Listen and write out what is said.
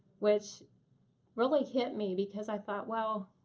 which really hit me because i thought, well,